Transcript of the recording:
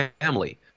family